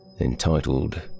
entitled